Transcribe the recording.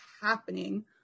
happening